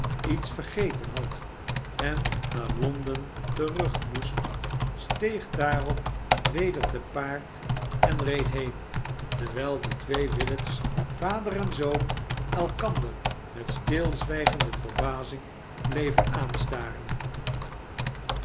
iets vergeten had en naar londen terug moest steeg daarop weder te paard en reed heen terwijl de twee willet's vader en zoon elkander met stilzwijgende verbazing bleven aanstaren